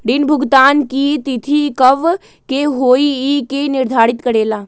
ऋण भुगतान की तिथि कव के होई इ के निर्धारित करेला?